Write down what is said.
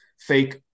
fake